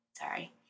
Sorry